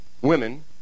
women